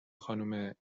خانم